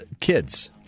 kids